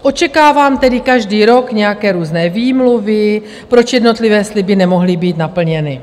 Očekávám tedy každý rok nějaké různé výmluvy, proč jednotlivé sliby nemohly být naplněny.